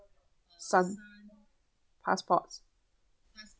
son's passports